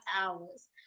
hours